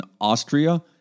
Austria